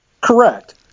Correct